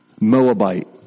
Moabite